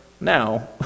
now